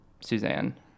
Suzanne